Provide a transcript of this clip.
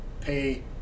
pay